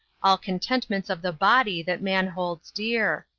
all contentments of the body that man holds dear.